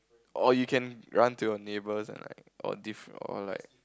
or you can run to your neighbours and like or diff~ or like